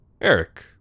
Eric